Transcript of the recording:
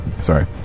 sorry